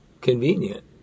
convenient